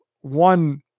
One